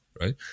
right